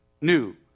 new